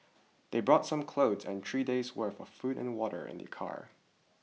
they brought some clothes and three days' worth of food and water in their car